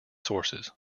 sources